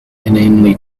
inanely